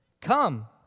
Come